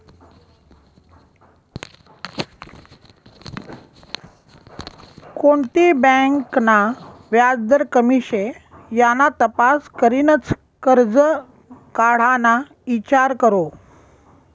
कोणती बँक ना व्याजदर कमी शे याना तपास करीनच करजं काढाना ईचार करो